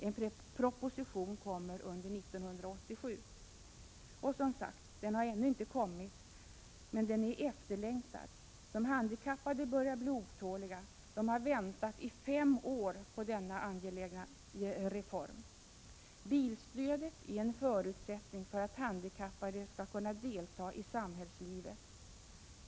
En proposition kommer 1987.” Och, som sagt, den har ännu inte kommit, men den är efterlängtad. De handikappade börjar bli otåliga. De har väntat i fem år på denna angelägna reform. Bilstödet är en förutsättning för att handikappade skall kunna delta i samhällslivet.